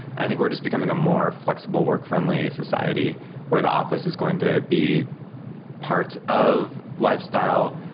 i think we're just becoming a more flexible work-friendly society where the office is going to be part of lifestyle,